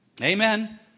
Amen